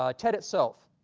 ah tet itself,